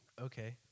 Okay